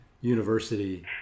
university